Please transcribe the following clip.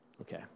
Okay